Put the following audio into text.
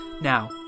Now